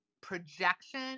projection